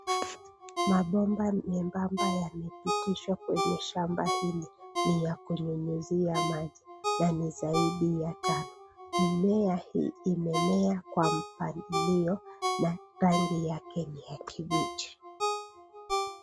Mabomba nyembamba yamepitishwa kwenye shamba hili. Ni ya kunyunyizia maji na ni zaidi ya tano. Mimea hii imemea kwa mpangilio na rangi yake ni ya kibichi.